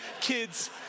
kids